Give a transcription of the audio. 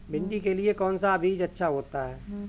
भिंडी के लिए कौन सा बीज अच्छा होता है?